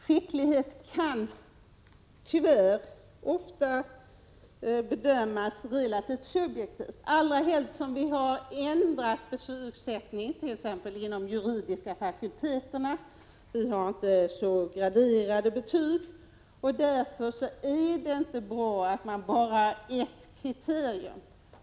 Skicklighet kan tyvärr ofta bedömas relativt subjektivt, allra helst som vi har ändrat betygsättningen t.ex. inom de juridiska fakulteterna. Vi har inte så graderade betyg i dag. Därför är det inte bra att bara ha ett enda kriterium.